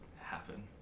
happen